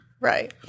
Right